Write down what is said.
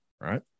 Right